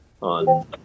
on